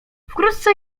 wkrótce